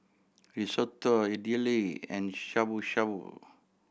Risotto Idili and Shabu Shabu